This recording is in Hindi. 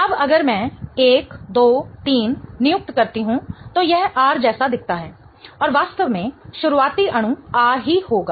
अब अगर मैं 1 2 3 नियुक्त करती हूं तो यह R जैसा दिखता है और वास्तव में शुरुआती अणु R ही होगा